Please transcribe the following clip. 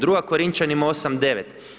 Druga Korinčanima 8.9.